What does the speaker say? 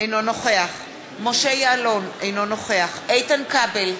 אינו נוכח משה יעלון, אינו נוכח איתן כבל,